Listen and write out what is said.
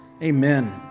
Amen